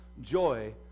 joy